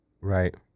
Right